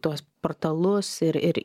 tuos portalus ir ir